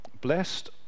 blessed